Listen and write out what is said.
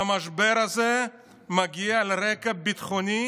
והמשבר הזה מגיע על רקע ביטחוני